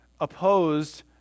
opposed